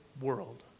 world